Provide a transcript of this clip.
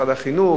משרד החינוך,